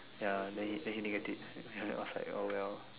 ya then he Din get it he was like oh well